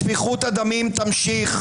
שפיכות הדמים תמשיך.